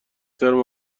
ترم